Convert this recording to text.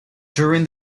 during